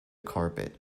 carpet